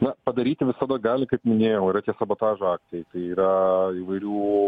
na padaryti visada gali kaip minėjau yra tie sabotažo aktai tai yra įvairių